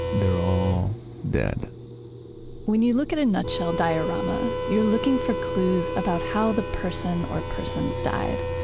they're all dead when you look at a nutshell diorama, you're looking for clues about how the person or persons died.